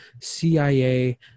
CIA